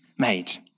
made